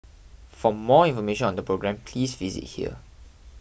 for more information on the programme please visit here